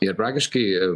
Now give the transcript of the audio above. ir praktiškai